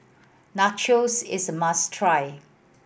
nachos is a must try